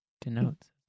denotes